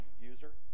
user